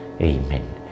Amen